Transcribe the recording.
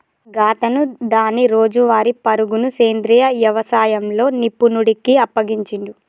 గాతను దాని రోజువారీ పరుగును సెంద్రీయ యవసాయంలో నిపుణుడికి అప్పగించిండు